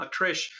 Trish